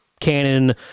canon